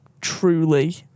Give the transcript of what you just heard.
truly